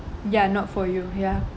ya not for you ya